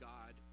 God